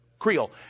Creole